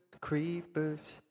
Creepers